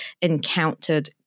encountered